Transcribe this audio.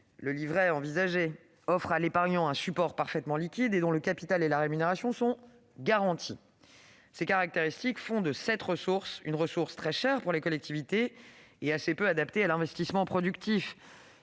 le livret envisagé offre à l'épargnant un support parfaitement liquide et dont le capital et la rémunération sont garantis. Ces caractéristiques font de cette ressource une ressource très chère pour les collectivités et assez peu adaptée à l'investissement productif.